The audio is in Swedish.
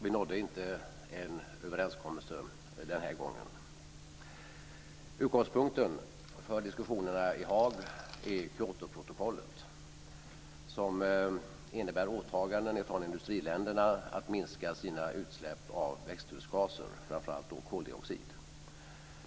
Vi nådde inte en överenskommelse den här gången. Utgångspunkten för diskussionerna i Haag är Kyotoprotokollet, som innebär åtaganden från industriländernas sida att minska sina utsläpp av växthusgaser, framför allt koldioxid.